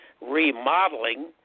remodeling